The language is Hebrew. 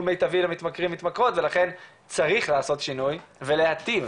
מיטבי למתמכרים/מתמכרות ולכן צריך לעשות שינוי ולהיטיב.